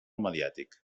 mediàtic